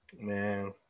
Man